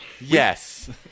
Yes